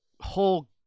whole